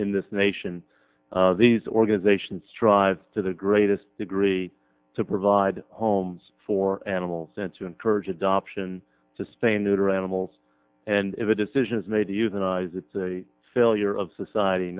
in this nation these organizations strive to the greatest degree to provide homes for animals and to encourage adoption to stay in that are animals and if a decision is made to euthanize it's a failure of society